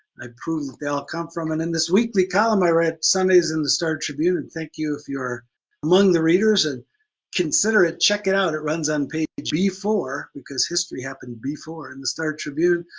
i prove that they'll come from and in this weekly column i write sundays in the star tribune, and thank you if you're among the readers, and consider it, check it out it runs on page b four because history happened before in the star tribune.